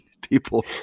People